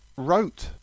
wrote